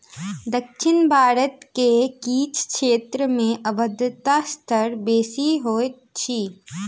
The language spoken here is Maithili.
दक्षिण भारत के किछ क्षेत्र में आर्द्रता स्तर बेसी होइत अछि